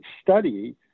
study